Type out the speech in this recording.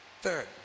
Third